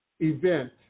event